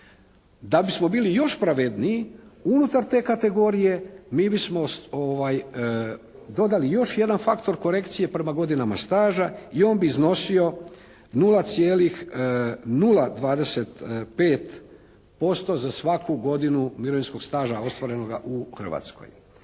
Da bismo bili još pravedniji unutar te kategorije mi bismo dodali još jedan faktor korekcije prema godinama staža i on bi iznosio 0,025% za svaku godinu mirovinskog staža ostvarenoga u Hrvatskoj.